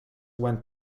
went